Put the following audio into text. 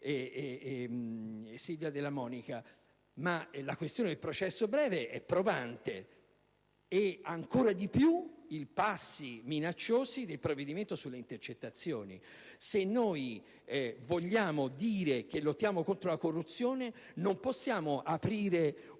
e Della Monica, ma la questione del processo breve è probante e, ancora di più, lo sono i passi minacciosi del provvedimento sulle intercettazioni. Se noi vogliamo affermare che lottiamo contro la corruzione non possiamo costruire un